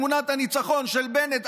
תמונת הניצחון של בנט,